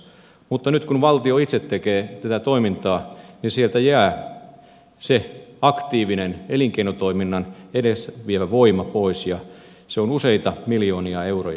mutta nyt kun valtio itse tekee tätä toimintaa niin sieltä jää se aktiivinen elinkeinotoiminnan edespäin vievä voima pois ja se on useita miljoonia euroja